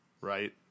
right